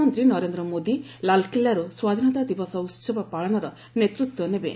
ପ୍ରଧାନମନ୍ତ୍ରୀ ନରେନ୍ଦ୍ର ମୋଦି ଲାଲ୍କିଲ୍ଲାରୁ ସ୍ୱାଧୀନତା ଦିବସ ଉତ୍ସବ ପାଳନର ନେତୃତ୍ୱ ନେବେ